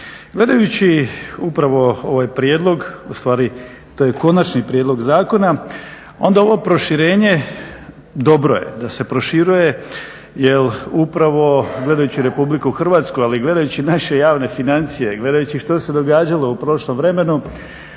Gledajući upravo ovaj prijedlog, ustvari to je konačni prijedlog zakona, onda ovo proširenje, dobro je da se proširuje jer upravo gledajući RH, ali gledajući i naše javne financije i gledajući što se događalo u prošlom vremenu